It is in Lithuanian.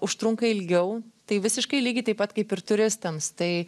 užtrunka ilgiau tai visiškai lygiai taip pat kaip ir turistams tai